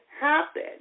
happen